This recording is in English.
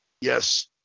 Yes